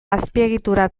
azpiegitura